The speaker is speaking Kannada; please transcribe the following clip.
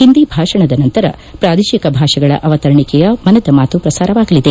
ಹಿಂದಿ ಭಾಷಣದ ನಂತರ ಪ್ರಾದೇಶಿಕ ಭಾಷೆಗಳ ಅವತರಣಿಕೆಯ ಮನದ ಮಾತು ಪ್ರಸಾರವಾಗಲಿದೆ